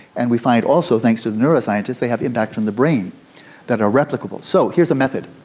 and we find also, thanks to neuroscientists, they have impact on the brain that are replicable. so, here's the method.